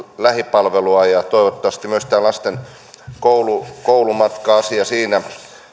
lähipalvelua ja toivottavasti myös tämä lasten koulumatka asia siinä